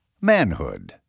manhood